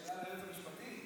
שאלה ליועץ המשפטי,